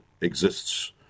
exists